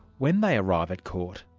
when they arrive at court,